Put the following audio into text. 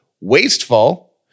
wasteful